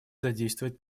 задействовать